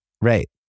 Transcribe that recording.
Right